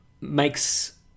makes